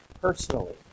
personally